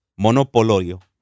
Monopolio